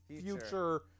future